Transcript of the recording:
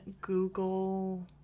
google